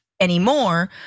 anymore